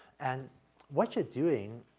and what you're doing,